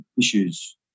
issues